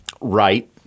right